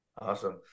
awesome